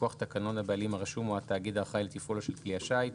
מכוח תקנון הבעלים הרשום או התאגיד האחראי לתפעולו של כי השיט,